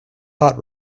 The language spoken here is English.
hot